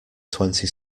twenty